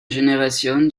génération